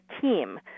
team